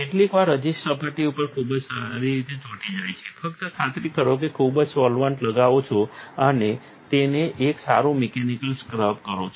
કેટલીકવાર રઝિસ્ટ સપાટી ઉપર ખૂબ જ સારી રીતે ચોંટી જાય છે ફક્ત ખાતરી કરો કે ખુબજ સોલ્વન્ટ લગાવો છો અને તેને એક સારું મિકેનિકલ સ્ક્રબ કરો છો